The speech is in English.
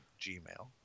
Gmail